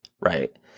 right